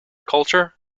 culture